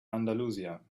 andalusia